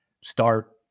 start